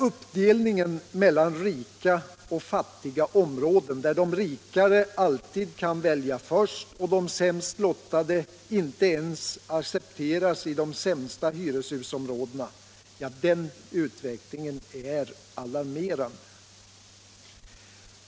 Uppdelningen av boende mellan ”rika” och ”fattiga” områden — där de rikare alltid kan välja först och de sämst lottade inte accepteras ens i de sämsta hyreshusområdena — är alarmerande.